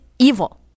evil